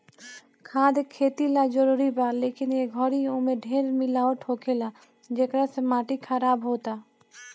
खाद खेती ला जरूरी बा, लेकिन ए घरी ओमे ढेर मिलावट होखेला, जेकरा से माटी खराब होता